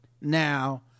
now